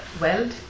Weld